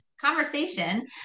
conversation